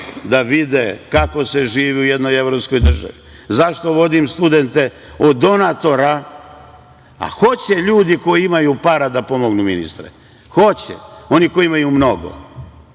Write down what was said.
da vide kako se živi u jednoj evropskoj državi. Zašto vodim studente, od donatora, a hoće ljudi koji imaju para da pomognu ministre, hoće, oni koji imaju mnogo.